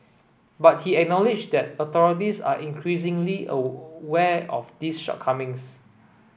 but he acknowledged that authorities are increasingly aware of these shortcomings